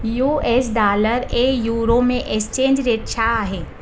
US dollar ऐं euro में exchange rate छा आहे